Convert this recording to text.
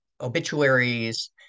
obituaries